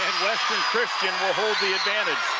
western christian will hold the advantage.